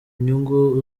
nyungu